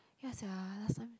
ya sia last time